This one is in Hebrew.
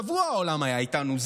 שבוע העולם היה איתנו,